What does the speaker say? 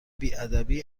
بیادبی